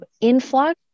influx